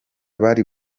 bari